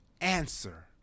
answer